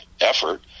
effort